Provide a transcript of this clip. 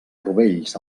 rovells